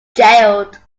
jailed